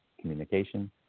communication